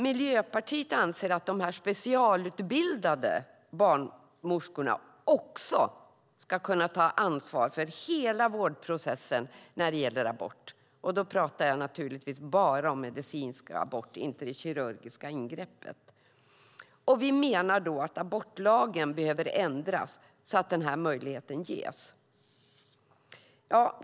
Miljöpartiet anser att dessa specialutbildade barnmorskor också ska kunna ta ansvar för hela vårdprocessen när det gäller medicinska aborter, men naturligtvis inte när det gäller kirurgiska ingrepp. Vi menar att abortlagen behöver ändras så att denna möjlighet ges.